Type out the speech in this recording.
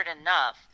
enough